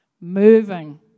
moving